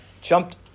jumped